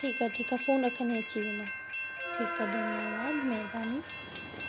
ठीकु आहे ठीकु आहे फोन रखंदे ई अची वेंदो ठीक आ धन्यवाद महिरबानी